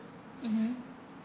mmhmm